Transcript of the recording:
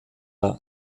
der